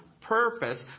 purpose